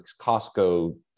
Costco